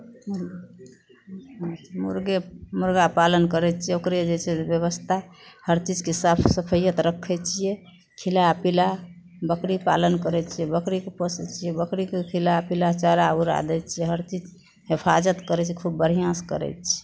मुरगे मुरगा पालन करै छियै ओकरे जे छै से व्यवस्था हर चीजके साफ सफैअत रखै छियै खिलाय पिलाय बकरी पालन करै छियै बकरीकेँ पोसै छियै बकरीकेँ खिलाय पिलाय चारा उरा दै छियै हर चीज हिफाजत करै छियै खूब बढ़िआँसँ करै छियै